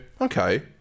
okay